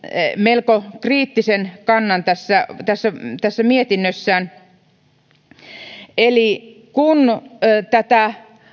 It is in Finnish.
melko kriittisen kannan tässä tässä mietinnössään kun tätä